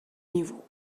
niveau